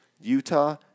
Utah